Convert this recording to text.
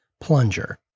plunger